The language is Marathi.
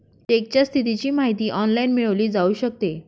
चेकच्या स्थितीची माहिती ऑनलाइन मिळवली जाऊ शकते